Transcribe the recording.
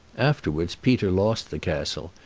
afterwards peter lost the castle,